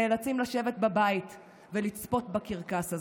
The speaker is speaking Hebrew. נאלצים לשבת בבית ולצפות בקרקס הזה.